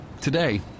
Today